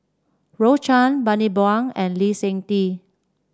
Rose Chan Bani Buang and Lee Seng Tee